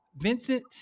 Vincent